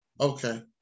Okay